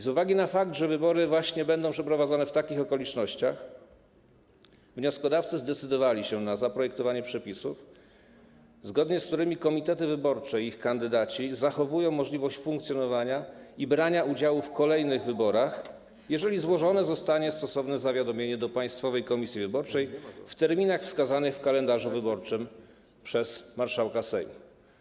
Z uwagi na fakt, że wybory będą przeprowadzone w takich okolicznościach, wnioskodawcy zdecydowali się na zaprojektowanie przepisów, zgodnie z którymi komitety wyborcze i ich kandydaci zachowują możliwość funkcjonowania i brania udziału w kolejnych wyborach, jeżeli złożone zostanie stosowne zawiadomienie do Państwowej Komisji Wyborczej w terminach wskazanych w kalendarzu wyborczym przez marszałka Sejmu.